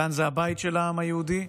כאן הבית של העם היהודי,